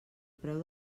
preu